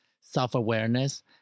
self-awareness